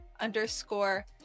underscore